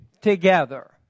together